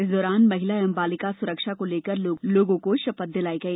इस दौरान महिला एवं बालिका सुरक्षा को लेकर लोगों को शपथ दिलाई गई